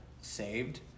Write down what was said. saved